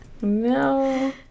No